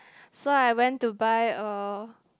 so I went to buy a